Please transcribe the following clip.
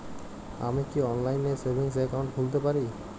আমি কি অনলাইন এ সেভিংস অ্যাকাউন্ট খুলতে পারি?